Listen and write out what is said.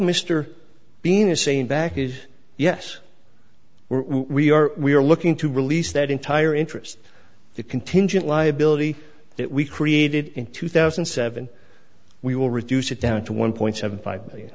mr bean are saying back is yes we are we are looking to release that entire interest the contingent liability that we created in two thousand and seven we will reduce it down to one point seven five million